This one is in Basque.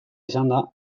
izanda